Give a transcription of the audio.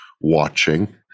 watching